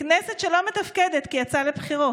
וכנסת שלא מתפקדת כי היא יצאה לבחירות.